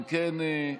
אם כן,